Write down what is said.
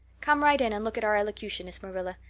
come right in and look at our elocutionist, marilla.